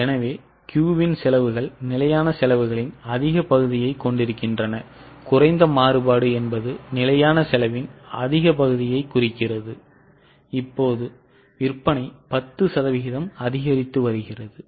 எனவே Q இன் செலவுகள் நிலையான செலவுகளின் அதிக பகுதியைக் கொண்டிருக்கின்றன குறைந்த மாறுபாடு என்பது நிலையான செலவின் அதிக பகுதியைக் குறிக்கிறது இப்போது விற்பனை 10 சதவீதம் அதிகரித்து வருகிறது